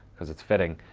cause it's fitting.